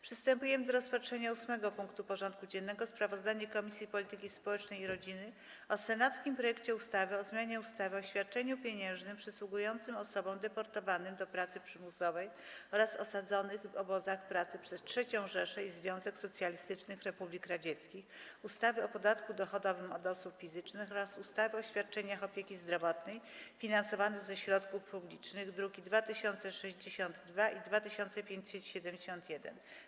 Przystępujemy do rozpatrzenia punktu 8. porządku dziennego: Sprawozdanie Komisji Polityki Społecznej i Rodziny o senackim projekcie ustawy o zmianie ustawy o świadczeniu pieniężnym przysługującym osobom deportowanym do pracy przymusowej oraz osadzonym w obozach pracy przez III Rzeszę i Związek Socjalistycznych Republik Radzieckich, ustawy o podatku dochodowym od osób fizycznych oraz ustawy o świadczeniach opieki zdrowotnej finansowanych ze środków publicznych (druki nr 2062 i 2571)